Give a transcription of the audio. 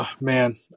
man